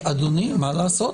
אדוני, מה לעשות?